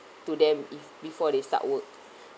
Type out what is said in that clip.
to them if before they start work